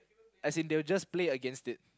as in they will just play against it